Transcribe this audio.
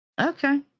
Okay